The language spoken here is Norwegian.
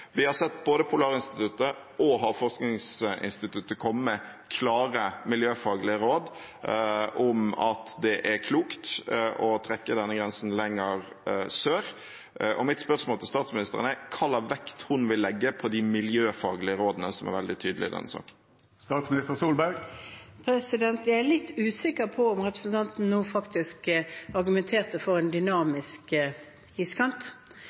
Vi har sett både Polarinstituttet og Havforskningsinstituttet komme med klare miljøfaglige råd om at det er klokt å trekke denne grensen lenger sør. Mitt spørsmål til statsministeren er: Hva slags vekt vil hun legge på de miljøfaglige rådene, som er veldig tydelige i denne saken? Jeg er litt usikker på om representanten Lysbakken nå faktisk argumenterte for en dynamisk iskant,